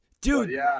Dude